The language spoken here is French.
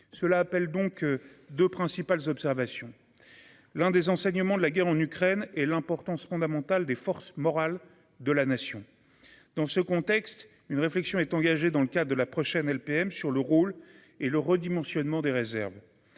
cela appelle donc 2 principales observations, l'un des enseignements de la guerre en Ukraine et l'importance fondamentale des forces morales de la nation dans ce contexte, une réflexion est engagée dans le cadre de la prochaine LPM sur le rôle et le redimensionnement des réserves,